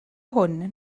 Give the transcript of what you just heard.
hwn